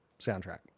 soundtrack